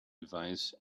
advice